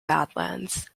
badlands